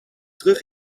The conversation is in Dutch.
terug